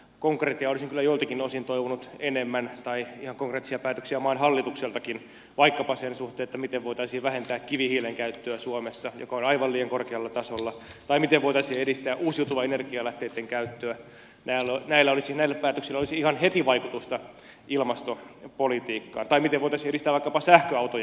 konkretiaa olisin kyllä joiltakin osin toivonut enemmän tai ihan konkreettisia päätöksiä maan hallitukseltakin vaikkapa sen suhteen miten voitaisiin vähentää kivihiilen käyttöä suomessa joka on aivan liian korkealla tasolla tai miten voitaisiin edistää uusiutuvien energialähteitten käyttöä näillä päätöksillä olisi ihan heti vaikutusta ilmastopolitiikkaan tai miten voitaisiin edistää vaikkapa sähköautojen käyttöä